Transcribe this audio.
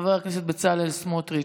חבר הכנסת בצלאל סמוטריץ'